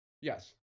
Yes